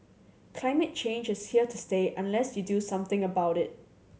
climate change is here to stay unless you do something about it